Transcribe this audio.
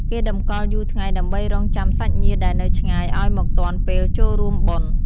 គេតម្កល់យូរថ្ងៃដើម្បីរង់ចាំសាច់ញាតិដែលនៅឆ្ងាយឱ្យមកទាន់ពេលចូលរួមបុណ្យ។